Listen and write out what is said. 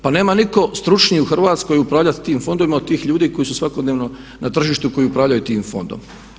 Pa nema nitko stručniji u Hrvatskoj upravljati tim fondovima od tih ljudi koji su svakodnevno na tržištu koji upravljaju tim fondom.